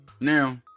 Now